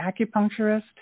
acupuncturist